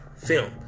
film